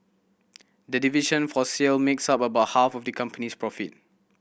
the division for sale makes up about half of the company's profit